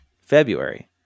February